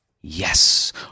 Yes